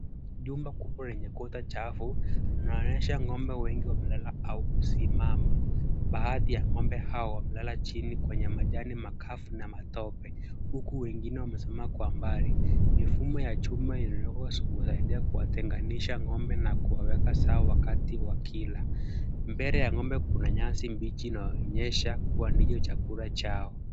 Jumba kubwa lenye kuta chafu, linaonyesha ng'ombe wengi wamelala au kusimama. Baadhi ya ng'ombe hao wamelala chini kwenye majani makavu na matope, huku wengine wamesimama kwa mbali. Mifumo ya chuma inayosaidia kuwatenganisha ng'ombe na kuwaweka sawa wakati wakila. Mbele ya ng'ombe kuna nyasi mbichi, inayoonyesha kuwa ndicho chakula chao.